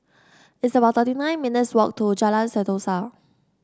it's about thirty nine minutes' walk to Jalan Sentosa